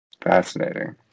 Fascinating